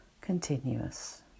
continuous